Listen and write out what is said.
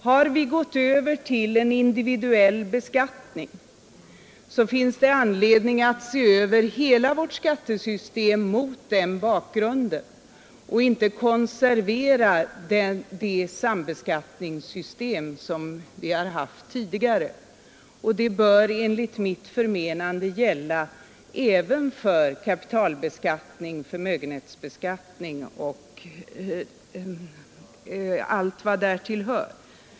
Har vi gått över till en individuell beskattning, finns det anledning att mot den bakgrunden se över hela vårt skattesystem och inte konservera det sambeskattningssystem som vi haft tidigare. Det bör enligt mitt förmenande gälla för kapitalbeskattning — förmögenhetsbeskattning och allt vad därtill hör.